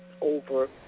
Over